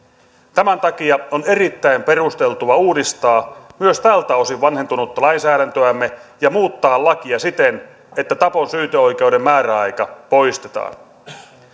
tämän takia on erittäin perusteltua uudistaa myös tältä osin vanhentunutta lainsäädäntöämme ja muuttaa lakia siten että tapon syyteoikeuden määräaika poistetaan